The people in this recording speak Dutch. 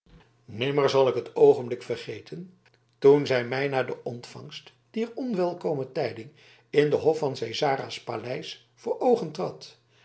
nimmer zal ik het oogenblik vergeten toen zij mij na de ontvangst dier onwelkome tijding in den hof van cesara's paleis voor oogen